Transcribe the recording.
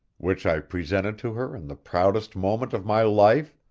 which i presented to her in the proudest moment of my life,